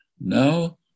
Now